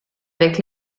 avec